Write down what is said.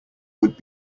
would